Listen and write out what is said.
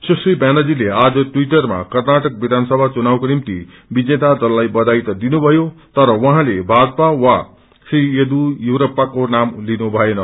सुश्री व्यानर्जीले आज टिवटरमा कर्नाअक विधानसभा चुनाकक्रो निम्ति विजेता दललाई बधाई त दिनु भयो तर उहाँले भाजपा वा श्री येदियुरप्पाको नाम लिनु भएन